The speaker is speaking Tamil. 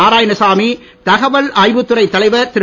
நாராயணசாமி தகவல் ஆய்வுத்துறைத் தலைவர் திரு